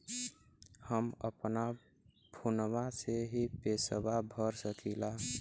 हम अपना फोनवा से ही पेसवा भर सकी ला?